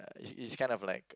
it's kind of like